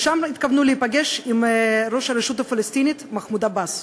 ושם התכוונו להיפגש עם ראש הרשות הפלסטינית מחמוד עבאס.